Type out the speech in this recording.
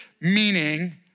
meaning